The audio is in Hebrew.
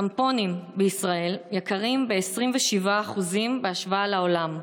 טמפונים בישראל יקרים ב-27% בהשוואה לעולם,